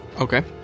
okay